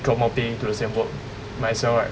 draw more pay do the same work might as well right